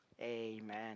Amen